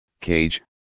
Cage